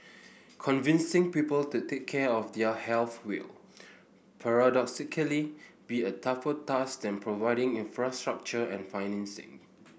convincing people to take care of their health will paradoxically be a tougher task than providing infrastructure and financing